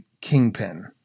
Kingpin